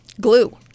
glue